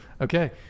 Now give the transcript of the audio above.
Okay